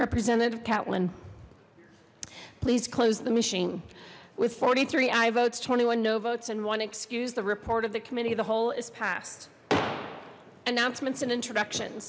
representative catlin please close the machine with forty three i votes twenty one no votes and one excuse the report of the committee of the whole is past announcements and introduction